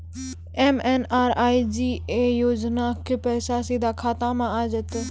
MNREGA योजना के पैसा सीधा खाता मे आ जाते?